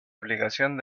aplicación